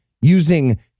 using